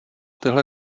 tyhle